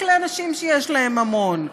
רק לאנשים שיש להם ממון,